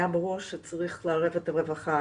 היה ברור שצריך לערב את הרווחה